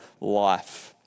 life